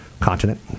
continent